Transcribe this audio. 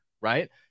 right